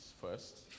first